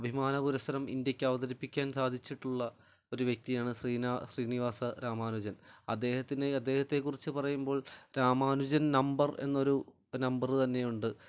അഭിമാനപുരസരം ഇന്ത്യയ്ക്ക് അവതരിപ്പിക്കാൻ സാധിച്ചിട്ടുള്ള ഒരു വ്യക്തിയാണ് ശ്രീനിവാസ രാമാനുജൻ അദ്ദേഹത്തിന് അദ്ദേഹത്തെക്കുറിച്ച് പറയുമ്പോൾ രാമാനുജൻ നമ്പർ എന്നൊരു നമ്പർ തന്നെയുണ്ട്